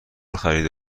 خریده